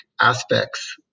aspects